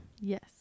yes